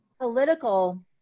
political